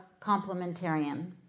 complementarian